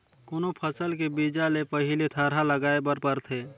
कोनो फसल के बीजा ले पहिली थरहा लगाए बर परथे